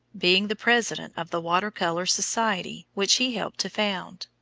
being the president of the water color society, which he helped to found.